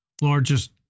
largest